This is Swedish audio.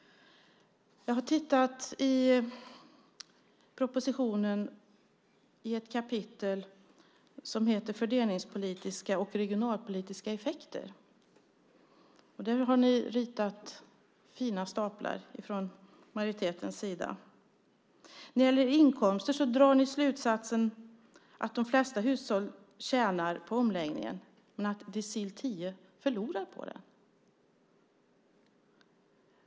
Jag har läst ett kapitel i propositionen som heter Fördelningspolitiska och regionalpolitiska effekter. Där har ni från majoritetens sida ritat fina staplar. När det gäller inkomster drar ni slutsatsen att de flesta hushåll tjänar på omläggningen men att decil 10 förlorar på den.